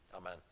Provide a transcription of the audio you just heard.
Amen